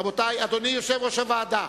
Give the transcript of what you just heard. רבותי, אדוני יושב-ראש הוועדה,